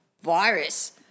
virus